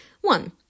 One